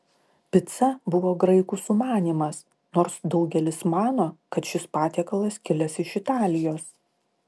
pica buvo graikų sumanymas nors daugelis mano kad šis patiekalas kilęs iš italijos